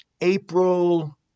April